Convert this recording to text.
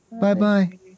Bye-bye